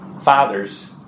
Fathers